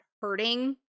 hurting